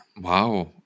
Wow